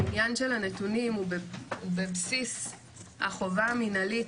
העניין של הנתונים הוא בבסיס החובה המנהלית,